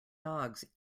dogs